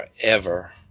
forever